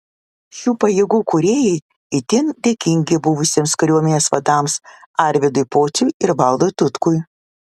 šių pajėgų kūrėjai itin dėkingi buvusiems kariuomenės vadams arvydui pociui ir valdui tutkui